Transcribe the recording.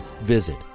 Visit